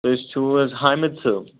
تُہۍ چھِو حظ حامِد صٲب